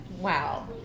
wow